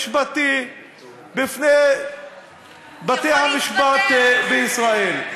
אלא בהליך משפטי בפני בתי-המשפט בישראל.